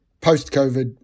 post-COVID